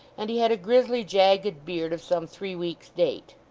and he had a grizzly jagged beard of some three weeks' date.